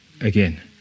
again